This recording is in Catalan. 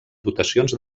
dotacions